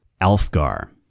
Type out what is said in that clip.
Alfgar